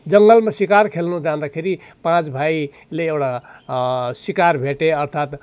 जङ्गलमा सिकार खेल्नु जाँदाखेरि पाँच भाइले एउटा सिकार भेटे अर्थात्